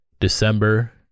December